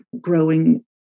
growing